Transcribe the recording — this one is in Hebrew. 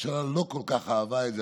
הממשלה לא כל כך אהבה את זה,